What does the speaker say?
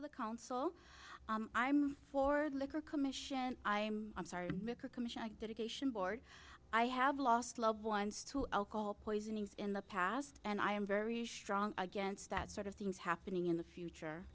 of the council i'm floored liquor commission i'm sorry i have lost loved ones to alcohol poisoning in the past and i am very strong against that sort of things happening in the future